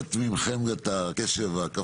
לרשת מכם את הקשב הכפול.